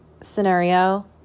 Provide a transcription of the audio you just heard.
Scenario